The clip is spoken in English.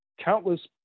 countless